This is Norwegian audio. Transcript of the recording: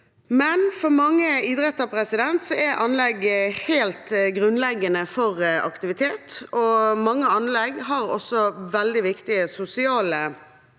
For mange idretter er anlegg helt grunnleggende for aktivitet, og mange anlegg har også veldig viktige sosiale